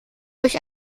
durch